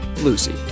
Lucy